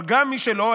אבל גם מי שלא,